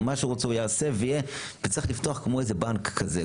מה שהוא רוצה הוא יעשה וצריך לפתוח כמו איזה בנק כזה,